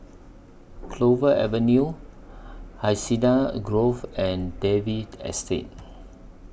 Clover Avenue Hacienda Grove and David Estate